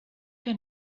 que